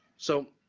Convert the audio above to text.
so